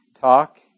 talk